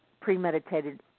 premeditated